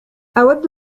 أود